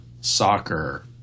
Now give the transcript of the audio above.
Soccer